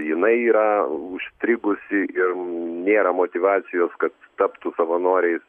jinai yra užstrigusi ir nėra motyvacijos kad taptų savanoriais